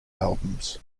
albums